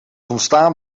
ontstaan